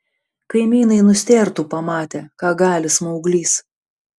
kaimynai nustėrtų pamatę ką gali smauglys